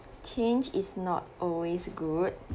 change is not always good